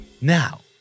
Now